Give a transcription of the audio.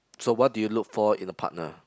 so what do you look for in a partner